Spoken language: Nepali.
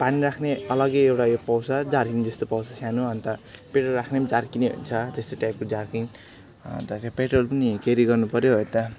पानी राख्ने अलगै एउटा यो पाउँछ जेरिक्यान जस्तो पाउँछ सानो अन्त पेट्रोल राख्ने पनि जेरिक्यान नै हुन्छ त्यस्तो टाइपको जेरिक्यान अन्त चाहिँ पेट्रोल पनि क्यारी गर्नु पऱ्यो यता